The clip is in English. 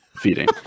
Feeding